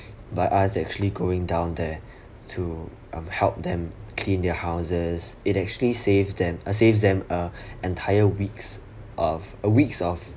by us actually going down there to um help them clean their houses it actually save them uh saves them a entire weeks of a weeks of